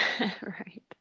Right